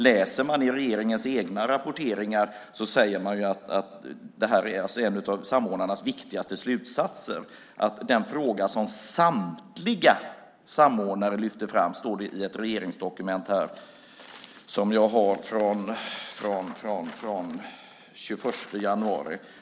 Läser man i regeringens egna rapporteringar ser man att det här är en av samordnarnas viktigaste slutsatser. Det är den fråga som samtliga samordnare lyfter fram, står det i ett regeringsdokument som jag har här, från den 21 januari.